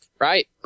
Right